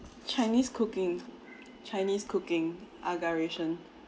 chinese cooking chinese cooking agaration